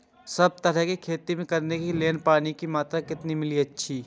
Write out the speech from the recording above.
सब तरहक के खेती करे के लेल पानी के मात्रा कितना मिली अछि?